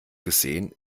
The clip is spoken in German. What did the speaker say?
gesehen